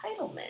entitlement